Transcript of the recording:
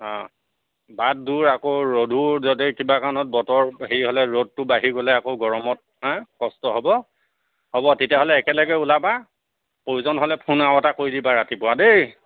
বাট দূৰ আকৌ ৰ'দো যদি কিবা কাৰণত বতৰ হেৰি হ'লে ৰ'দটো বাঢ়ি গ'লে আকৌ গৰমত হেঁ কষ্ট হ'ব হ'ব তেতিয়াহ'লে একেলগে ওলাবা প্ৰয়োজন হ'লে ফোন আৰু এটা কৰি দিবা ৰাতিপুৱা দেই